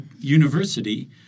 university